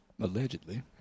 Allegedly